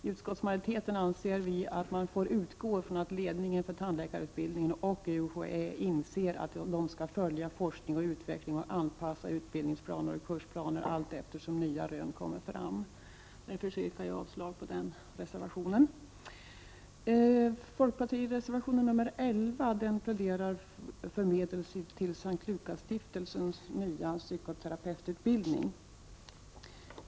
I utskottsmajoriteten anser vi att man får utgå ifrån att ledningen för tandläkarutbildningen och UHÄ inser att de skall följa forskning och utveckling och anpassa utbildningsplaner och kursplaner allteftersom nya rön kommer fram. Jag yrkar avslag på reservationen. Fp-reservationen 11 pläderar för medel till S:t Lukasstiftelsens nya psykoterapeututbildning.